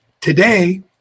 Today